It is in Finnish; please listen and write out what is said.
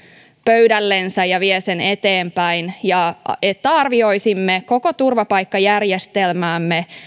pöydällensä ja vie sen eteenpäin ja että arvioisimme koko turvapaikkajärjestelmäämme